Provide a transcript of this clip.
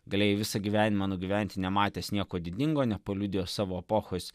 galėjai visą gyvenimą nugyventi nematęs nieko didingo nepaliudijo savo epochos